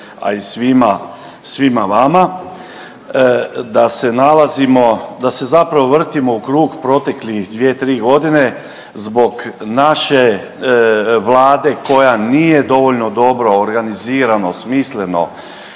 da se nalazimo, da se zapravo vrtimo u krugu proteklih dvije, tri godine zbog naše Vlade koja nije dovoljno dobro organizirano, smisleno,